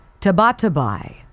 Tabatabai